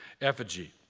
effigy